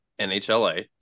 NHLA